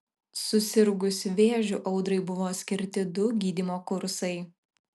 susirgusi vėžiu audrai buvo skirti du gydymo kursai